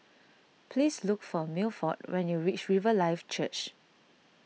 please look for Milford when you reach Riverlife Church